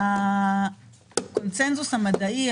הקונצנזוס המדעי,